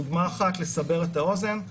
דוגמה אחת לסבר את האוזן,